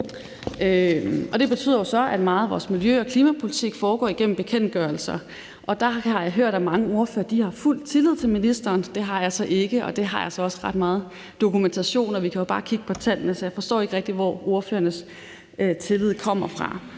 Det betyder jo så, at meget af vores miljø- og klimapolitik foregår igennem bekendtgørelser. Der har jeg hørt, at mange ordførere har fuld tillid til ministeren. Det har jeg så ikke, og der har jeg også ret meget dokumentation; vi kan jo bare kigge på tallene. Så jeg forstår ikke rigtig, hvor ordførernes tillid kommer fra.